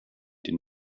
den